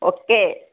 okay